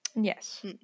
Yes